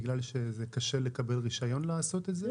בגלל שזה קשה לקבל רישיון לעשות את זה?